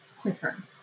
quicker